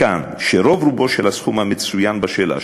מכאן שרוב רובו של הסכום המצוין בשאלה,